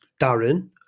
Darren